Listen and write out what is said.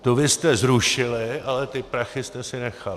Tu vy jste zrušili, ale ty prachy jste si nechali.